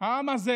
אבל העם הזה